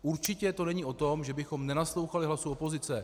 Určitě to není o tom, že bychom nenaslouchali hlasu opozice.